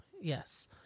yes